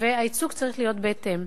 והייצוג צריך להיות בהתאם.